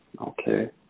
Okay